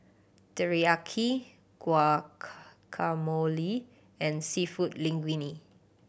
Teriyaki and Seafood Linguine